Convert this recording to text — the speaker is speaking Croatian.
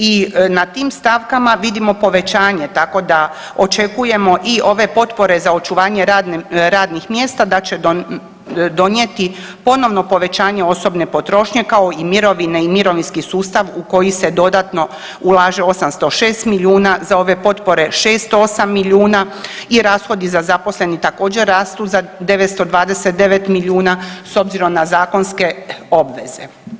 I na tim stavkama vidimo povećanje, tako da očekujemo i ove potpore za očuvanje radnih mjesta da će donijeti ponovno povećanje osobne potrošnje, kao i mirovine i mirovinski sustav u koji se dodatno ulaže 806 milijuna, za ove potpore 608 milijuna i rashodi za zaposlene također rastu za 929 milijuna s obzirom na zakonske obveze.